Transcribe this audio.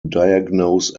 diagnose